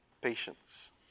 patience